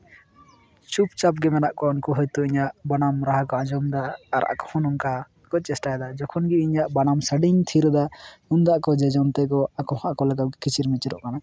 ᱪᱩᱯᱪᱟᱯ ᱜᱮ ᱢᱮᱱᱟᱜ ᱠᱚᱣᱟ ᱩᱱᱠᱩ ᱦᱳᱭᱛᱳ ᱤᱧᱟᱹᱜ ᱵᱟᱱᱟᱢ ᱨᱟᱦᱟ ᱠᱚ ᱟᱸᱡᱚᱢᱫᱟ ᱟᱨ ᱟᱠᱚ ᱦᱚᱸ ᱱᱚᱝᱠᱟ ᱠᱚ ᱪᱮᱥᱴᱟᱭᱫᱟ ᱡᱚᱠᱷᱚᱱ ᱜᱮ ᱤᱧᱟᱹᱜ ᱵᱟᱱᱟᱢ ᱥᱟᱰᱮᱧ ᱛᱷᱤᱨᱮᱫᱟ ᱩᱱ ᱫᱚ ᱟᱠᱚ ᱡᱮᱼᱡᱚᱱ ᱛᱮᱠᱚ ᱟᱠᱚ ᱦᱚᱸ ᱟᱠᱚ ᱞᱮᱠᱟ ᱠᱚ ᱠᱤᱪᱤᱨᱼᱢᱤᱪᱤᱨᱚᱜ ᱠᱟᱱᱟ